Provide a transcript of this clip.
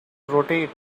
rotate